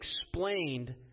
explained